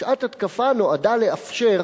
שעת התקפה נועדה לאפשר,